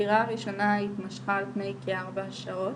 החקירה הראשונה התמשכה על פני כארבע שעות.